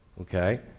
Okay